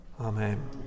amen